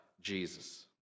Jesus